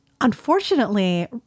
Unfortunately